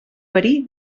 verí